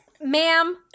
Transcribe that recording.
Ma'am